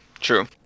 True